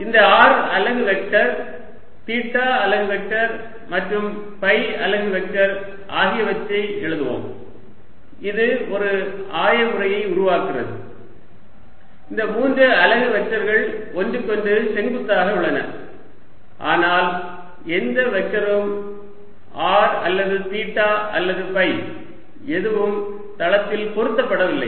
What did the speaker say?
எனவே இந்த r அலகு வெக்டர் தீட்டா அலகு வெக்டர் மற்றும் ஃபை அலகு வெக்டர் ஆகியவற்றை எழுதுவோம் இது ஒரு ஆய முறையை உருவாக்குகிறது இந்த மூன்று அலகு வெக்டர்கள் ஒன்றுக்கொன்று செங்குத்தாக உள்ளன ஆனால் எந்த வெக்டரும் r அல்லது தீட்டா அல்லது ஃபை எதுவும் தளத்தில் பொருத்தப்படவில்லை